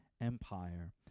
Empire